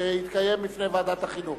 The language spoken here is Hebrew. שיתקיים בפני ועדת החינוך.